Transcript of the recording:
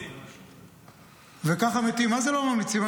אבל לא ממליצים.